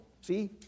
See